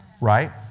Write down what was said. Right